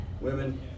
women